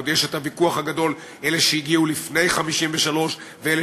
עוד יש הוויכוח הגדול: אלה שהגיעו לפני 1953 ואלה